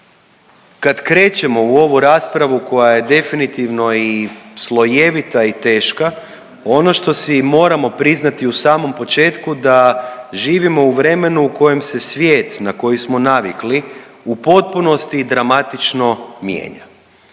Kad krećemo u ovu raspravu koja je definitivno i slojevita i teška, ono što si moramo priznati u samom početku da živimo u vremenu u kojem se svijet na koji smo navikli u potpunosti dramatično mijena.